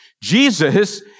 Jesus